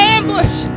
Ambush